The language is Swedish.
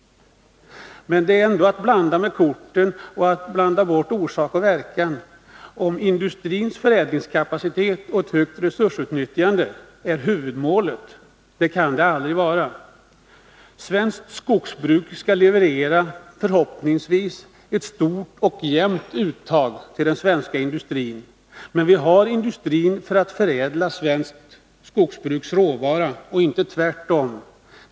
Men det är ändå att blanda bort korten att göra industrins förädlingskapacitet till huvudmålet. Det kan det aldrig vara. Svenskt skogsbruk skall förhoppningsvis leverera ett stort och jämnt uttag till den svenska förädlingsindustrin. Men vi har industrin för att förädla svenskt skogsbruks råvara, och inte tvärtom.